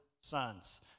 sons